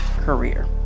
career